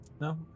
No